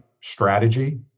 strategy